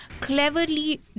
cleverly